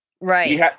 Right